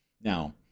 Now